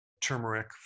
turmeric